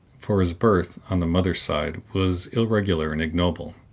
for his birth, on the mother's side, was irregular and ignoble.